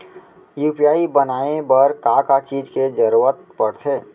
UPI बनाए बर का का चीज के जरवत पड़थे?